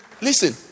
listen